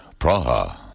Praha